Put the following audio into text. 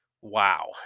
Wow